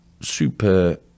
super